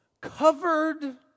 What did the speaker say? covered